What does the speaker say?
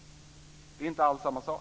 Det är inte alls samma sak.